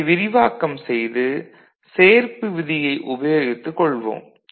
இதை விரிவாக்கம் செய்து சேர்ப்பு விதியை உபயோகித்துக் கொள்வோம்